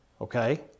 Okay